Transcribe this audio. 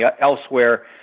elsewhere